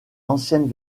anciennes